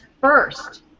first